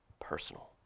personal